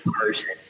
person